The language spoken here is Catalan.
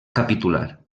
capitular